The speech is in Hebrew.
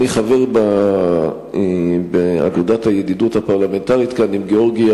אני חבר באגודת הידידות הפרלמנטרית עם גאורגיה,